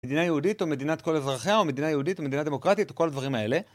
מדינה יהודית או מדינת כל אזרחיה, או מדינה יהודית או מדינה דמוקרטית, או כל הדברים האלה.